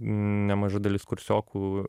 nemaža dalis kursiokų